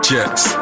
Jets